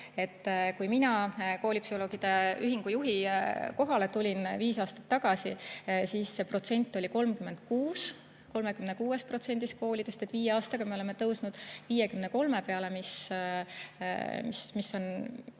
Kui mina koolipsühholoogide ühingu juhi kohale tulin viis aastat tagasi, siis see protsent oli 36. 36%‑s koolides. Viie aastaga me oleme tõusnud 53 peale, mis on